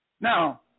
Now